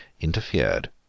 interfered